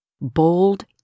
Bold